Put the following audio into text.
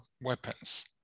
weapons